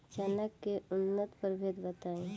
चना के उन्नत प्रभेद बताई?